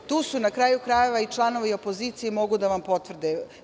Tu su, na kraju krajeva, članovi opozicije i mogu da vam potvrde.